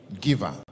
giver